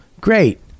great